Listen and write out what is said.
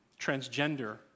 Transgender